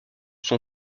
son